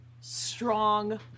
Strong